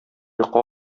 йокы